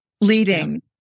leading